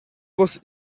was